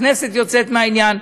הכנסת יוצאת מהעניין,